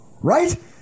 right